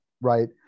right